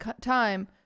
time